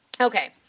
Okay